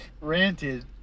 Ranted